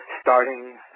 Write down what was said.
starting